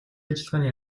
ажиллагааны